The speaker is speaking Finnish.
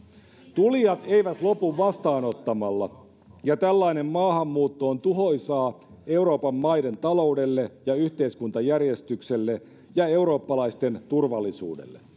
tulijat eivät lopu vastaanottamalla ja tällainen maahanmuutto on tuhoisaa euroopan maiden taloudelle ja yhteiskuntajärjestykselle ja eurooppalaisten turvallisuudelle